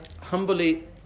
humbly